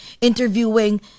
interviewing